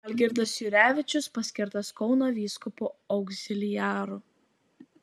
algirdas jurevičius paskirtas kauno vyskupu augziliaru